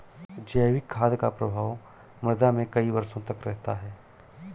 जैविक खाद का प्रभाव मृदा में कई वर्षों तक रहता है